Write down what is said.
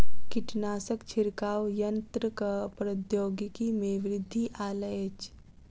कीटनाशक छिड़काव यन्त्रक प्रौद्योगिकी में वृद्धि आयल अछि